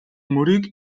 мөрийг